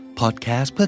podcast